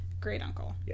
great-uncle